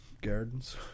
gardens